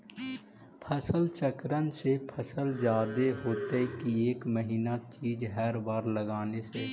फसल चक्रन से फसल जादे होतै कि एक महिना चिज़ हर बार लगाने से?